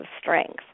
strength